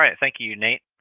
um thank you, nate.